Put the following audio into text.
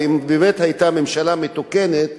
ואם באמת היתה ממשלה מתוקנת,